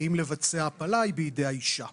אם לבצע הפלה, היא בידי האישה.